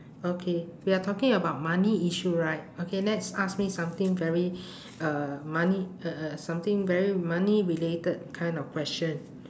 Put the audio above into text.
okay we are talking about money issue right okay let's ask me something very uh money uh something very money related kind of question